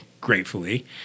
gratefully